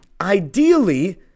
Ideally